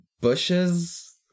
Bushes